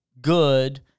good